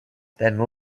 then